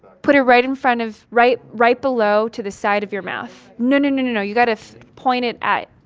put it right in front of right right below to the side of your mouth. no, no, no, no, no. you've got to point it at.